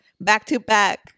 back-to-back